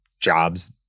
jobs